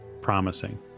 promising